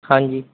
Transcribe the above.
ਹਾਂਜੀ